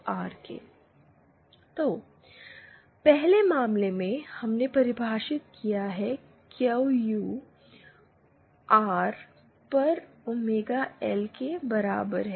r पहले मामले में हमने परिभाषित किया है कि क्यू यू आर पर ओमेगा एल के बराबर है